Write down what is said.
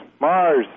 Mars